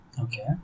Okay